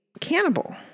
cannibal